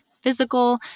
physical